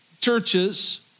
churches